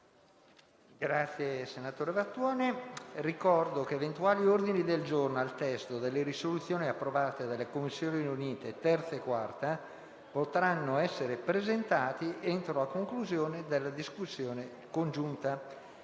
finestra"). Ricordo che eventuali ordini del giorno al testo delle risoluzioni approvate dalle Commissioni riunite 3a e 4a potranno essere presentati entro la conclusione della discussione congiunta.